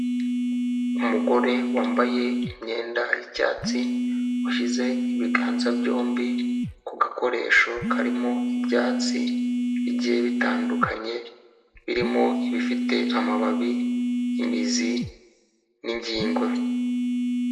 Umugore wambaye imyenda y'icyatsi, washyize ibiganza byombi ku gakoresho karimo ibyatsi bigiye bitandukanye birimo ibifite amababi, imizi n'ingingo.